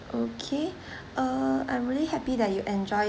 okay uh I'm really happy that you enjoy